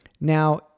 Now